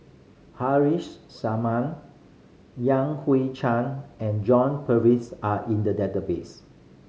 Haresh Sharma Yan Hui Chang and John Purvis are in the database